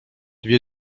dwie